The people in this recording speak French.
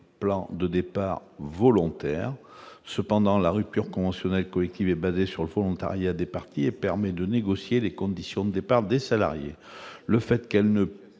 plans de départs volontaires, cependant, la rupture conventionnelle collective est basé sur le volontariat des partis et permet de négocier les conditions des par des salariés, le fait qu'elle ne